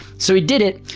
so he did it,